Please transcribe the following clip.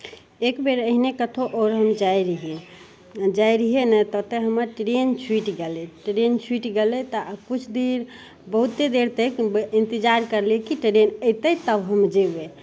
एकबेर एहने कतौ आओर हम जाइ रहियै जाइ रहियै ने ततऽ हमर ट्रेन छुटि गेलै ट्रेन छुटि गेलै तऽ किछु देर बहुते देर तक इन्तजार करलियै कि ट्रेन अयतै तब हमहु जेबै